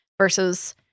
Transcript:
versus